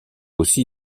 aussi